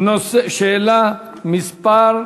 תודה לשר לביטחון פנים.